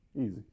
Easy